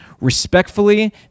Respectfully